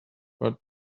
but